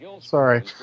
Sorry